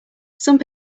some